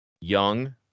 Young